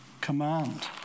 command